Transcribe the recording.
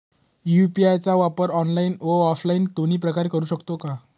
UPI चा वापर online व ऑफलाईन दोन्ही प्रकारे करु शकतो का?